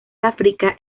áfrica